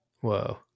Whoa